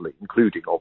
including